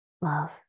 love